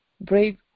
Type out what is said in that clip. brave